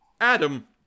Adam